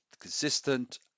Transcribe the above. consistent